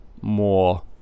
more